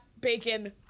bacon